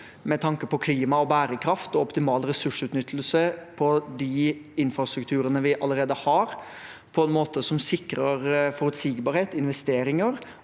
med tanke på klima, bærekraft og optimal ressursutnyttelse på de infrastrukturene vi allerede har, på en måte som sikrer forutsigbarhet og investeringer,